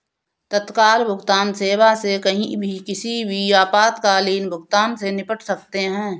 तत्काल भुगतान सेवा से कहीं भी किसी भी आपातकालीन भुगतान से निपट सकते है